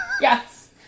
Yes